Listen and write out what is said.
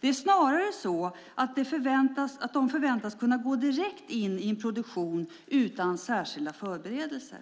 Det är snarare så att de förväntas kunna gå direkt in i en produktion utan särskilda förberedelser.